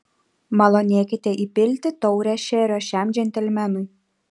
malonėkite įpilti taurę šerio šiam džentelmenui